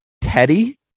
Teddy